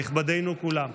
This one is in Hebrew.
נכבדינו כולם.